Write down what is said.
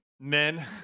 Men